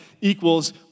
equals